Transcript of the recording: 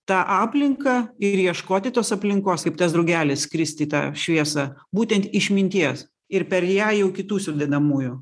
tą aplinką ir ieškoti tos aplinkos kaip tas drugelis skristi į tą šviesą būtent išminties ir per ją jau kitų sudedamųjų